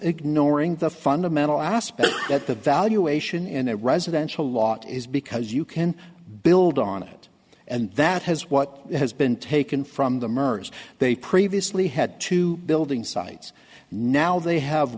ignoring the fundamental aspect that the valuation in a residential lot is because you can build on it and that has what has been taken from the mergers they previously had to building sites and now they have